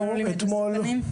הם עלולים להיות מסוכנים.